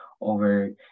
over